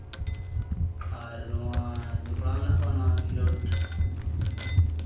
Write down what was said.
ᱟᱨ ᱱᱚᱣᱟ ᱡᱚᱯᱲᱟᱣ ᱢᱮᱱᱟᱜ ᱠᱚᱣᱟ ᱱᱚᱣᱟ ᱠᱷᱮᱞᱳᱰ